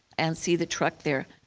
and see the truck there,